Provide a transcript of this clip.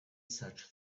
such